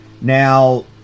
Now